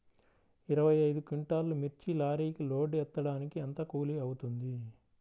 ఇరవై ఐదు క్వింటాల్లు మిర్చి లారీకి లోడ్ ఎత్తడానికి ఎంత కూలి అవుతుంది?